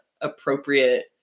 appropriate